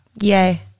Yay